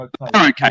okay